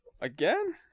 Again